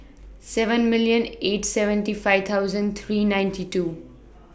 seven million eight seventy five thousand three ninety two